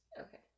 Okay